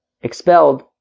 expelled